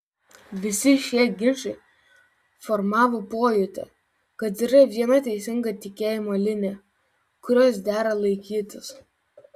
visi šie ginčai formavo pojūtį kad yra viena teisinga tikėjimo linija kurios dera laikytis